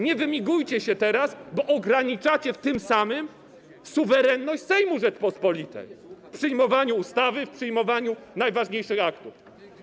Nie wymigujcie się teraz, bo ograniczacie tym samym suwerenność Sejmu Rzeczypospolitej: w przyjmowaniu ustawy, w przyjmowaniu najważniejszych aktów.